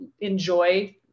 enjoy